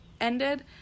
ended